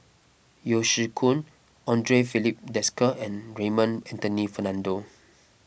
Yeo Shih Yun andre Filipe Desker and Raymond Anthony Fernando